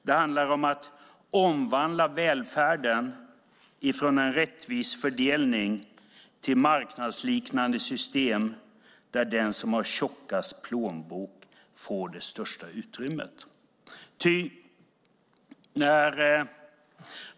Det handlar om att omvandla välfärden från en rättvis fördelning till marknadsliknande system där den som har tjockast plånbok får det största utrymmet.